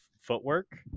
footwork